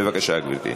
בבקשה, גברתי.